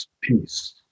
peace